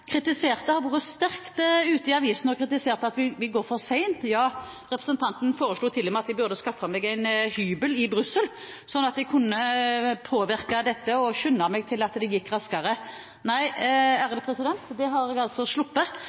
har vært sterkt ute i avisene og kritisert at det går for sent. Ja, representanten foreslo til og med at jeg burde skaffe meg en hybel i Brussel, slik at jeg kunne påvirke og påskynde dette, slik at det gikk raskere. Det har jeg sluppet, for denne regjeringen har